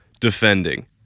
defending